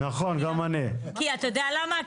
אתה יודע למה?